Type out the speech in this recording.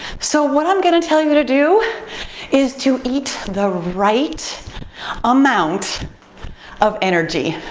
so what i'm gonna tell you to do is to eat the right amount of energy.